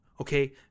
okay